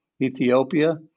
Ethiopia